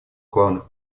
главных